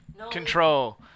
Control